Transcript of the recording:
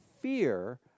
Fear